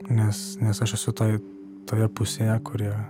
nes nes aš esu toj toje pusėje kuri